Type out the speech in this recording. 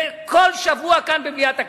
זה כל שבוע כאן, במליאת הכנסת.